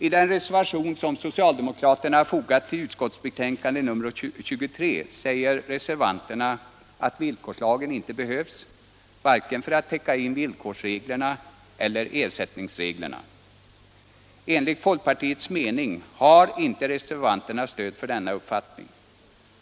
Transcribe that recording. I den reservation som socialdemokraterna fogat till utskottsbetänkandet nr 23 säger reservanterna att villkorslagen inte behövs, varken för att täcka in villkorsreglerna eller ersättningsreglerna. Enligt folkpartiets mening har inte reservanterna stöd för denna uppfattning.